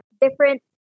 different